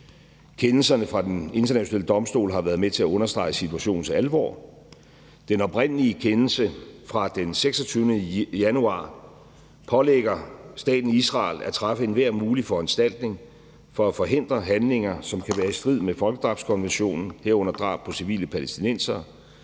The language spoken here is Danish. Kendelserne fra Den Internationale Domstol har været med til at understrege situationens alvor. Den oprindelige kendelse fra den 26. januar pålægger staten Israel at træffe enhver mulig foranstaltning for at forhindre handlinger, som kan være i strid med folkedrabskonventionen, herunder drab på civile palæstinensere,